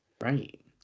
right